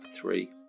three